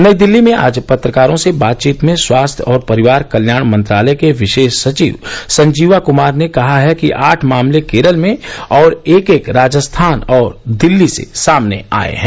नई दिल्ली में आज पत्रकारों से बातचीत में स्वास्थ्य और परिवार कल्याण मंत्रालय के विशेष सचिव संजीवा कुमार ने कहा है कि आठ मामले केरल में और एक एक राजस्थान और दिल्ली से सामने आए हैं